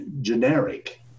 generic